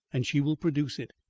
and she will produce it.